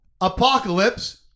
Apocalypse